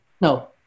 No